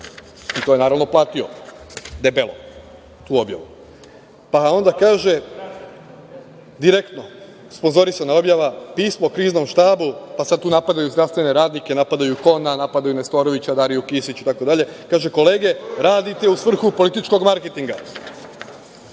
To je, naravno, platio debelo tu objavu. Pa onda kaže, „Direktno“, sponzorisana objava, pismo Kriznom štabu, pa sad tu napadaju zdravstvene radnike, napadaju Kona, napadaju Kona, napadaju Nestorovića, Dariju Kisić itd. Kaže: „Kolege radite u svrhu političkog marketinga“.Pa,